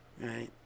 right